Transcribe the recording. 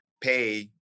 pay